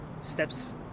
steps